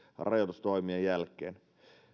rajoitustoimien jälkeen